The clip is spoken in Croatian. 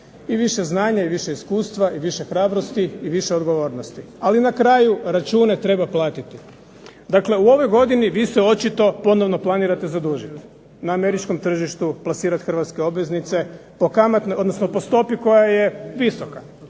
i više znanja i više iskustva i više hrabrosti i više odgovornosti, ali na kraju račune treba platiti. Dakle, u ovoj godini vi se očito ponovno planirate zadužiti, na američkom tržištu plasirat hrvatske obveznice po stopi koja je visoka.